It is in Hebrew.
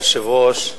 אדוני היושב-ראש,